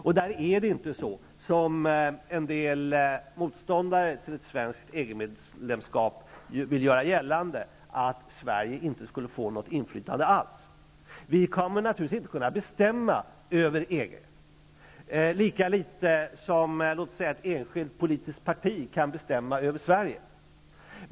Det är inte på det sättet, som en del motståndare till ett svenskt EG-medlemskap vill göra gällande, att Sverige inte skulle få något inflytande alls. Vi kommer naturligtvis inte att kunna bestämma över EG, lika litet som ett enskilt politiskt parti kan bestämma över Sverige.